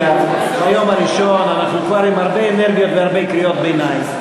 ביום הראשון אנחנו כבר עם הרבה אנרגיות והרבה קריאות ביניים.